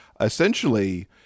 Essentially